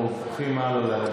אנחנו עוברים הלאה,